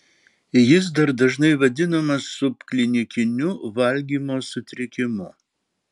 jis dar dažnai vadinamas subklinikiniu valgymo sutrikimu